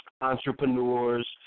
entrepreneurs